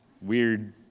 weird